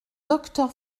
docteur